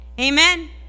Amen